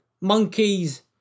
monkeys